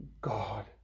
God